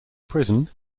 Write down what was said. prison